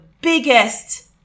biggest